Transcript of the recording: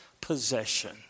possession